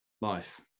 life